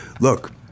Look